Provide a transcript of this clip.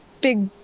big